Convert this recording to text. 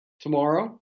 Tomorrow